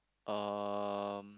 um